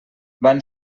van